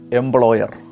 employer